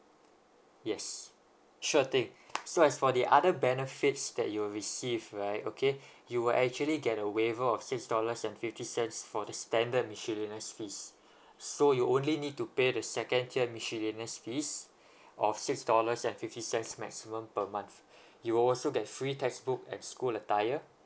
yes sure thing so as for the other benefits that you'll receive right okay you'll actually get a waiver of six dollars and fifty cents for the standard miscellaneous fees so you only need to pay the second tier miscellaneous fees of six dollars and fifty cents maximum per month you'll also get free textbook and school attire